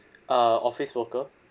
uh office worker